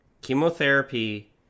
Chemotherapy